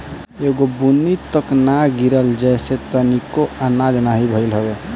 एगो बुन्नी तक ना गिरल जेसे तनिको आनाज नाही भइल हवे